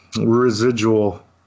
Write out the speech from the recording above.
residual